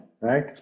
right